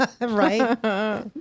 right